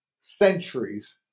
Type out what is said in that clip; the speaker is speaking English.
centuries